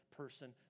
person